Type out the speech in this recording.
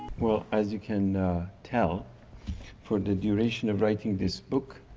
well, as you can tell for the duration of writing this book,